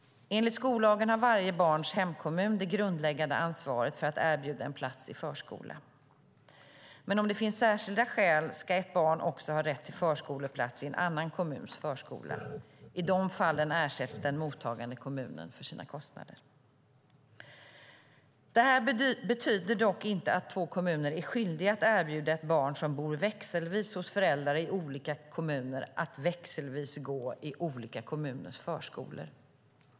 Enligt skollagen har varje barns hemkommun det grundläggande ansvaret för att erbjuda en plats i förskola. Men om det finns särskilda skäl ska ett barn också ha rätt till förskoleplats i en annan kommuns förskola. I de fallen ersätts den mottagande kommunen för sina kostnader. Det här betyder dock inte att två kommuner är skyldiga att erbjuda ett barn som bor växelvis hos föräldrar i olika kommuner att växelvis gå i olika kommuners förskolor.